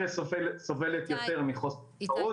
הפריפריה סובלת יותר מחוסר תחרות.